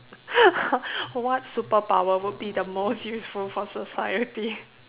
what superpower would be the most useful for society